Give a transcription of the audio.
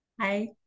Hi